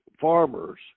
farmers